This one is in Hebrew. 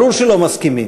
ברור שלא מסכימים,